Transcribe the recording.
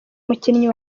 umukinyi